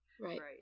Right